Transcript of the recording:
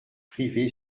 privé